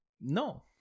No